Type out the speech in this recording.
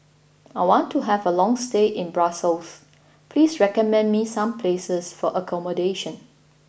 I want to have a long stay in Brussels please recommend me some places for accommodation